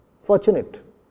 fortunate